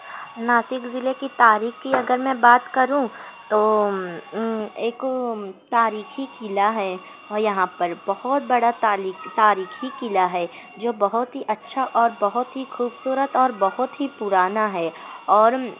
ناسک ضلعے کی تاریخ کی اگر میں بات کروں تو ایک تاریخی قلعہ ہے یہاں پر بہت بڑا تالک تاریخی قلعہ ہے جو بہت ہی اچھا اور بہت ہی خوبصورت اور بہت ہی پرانا ہے اور